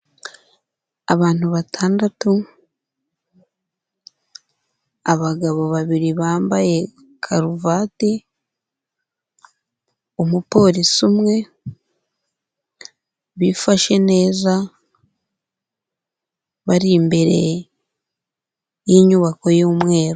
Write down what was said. Abantu batandatu, abagabo babiri bambaye karuvati, umupolisi umwe, bifashe neza, bari imbere y'inyubako y'umweru.